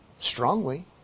Strongly